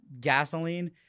gasoline